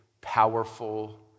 powerful